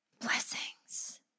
blessings